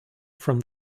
from